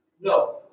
No